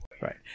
Right